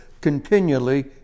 continually